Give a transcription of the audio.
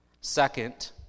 Second